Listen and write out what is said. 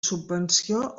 subvenció